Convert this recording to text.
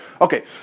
Okay